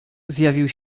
zjawił